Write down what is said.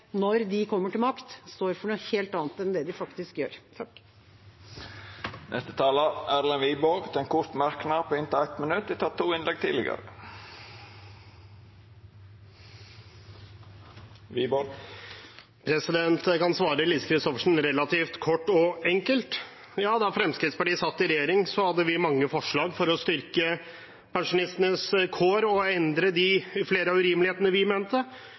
når Fremskrittspartiet kommer til makt, står de for noe helt annet enn det de faktisk gjør. Representanten Erlend Wiborg har hatt ordet to gonger tidlegare og får ordet til ein kort merknad, avgrensa til 1 minutt. Jeg kan svare Lise Christoffersen relativt kort og enkelt: Ja, da Fremskrittspartiet satt i regjering, hadde vi mange forslag for å styrke pensjonistenes kår og endre flere av urimelighetene vi mente